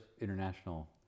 international